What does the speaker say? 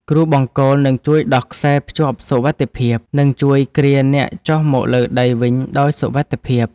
គ្រូបង្គោលនឹងជួយដោះខ្សែភ្ជាប់សុវត្ថិភាព និងជួយគ្រាហ៍អ្នកចុះមកលើដីវិញដោយសុវត្ថិភាព។